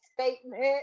statement